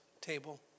table